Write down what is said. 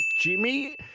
Jimmy